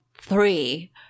three